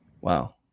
Wow